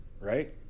right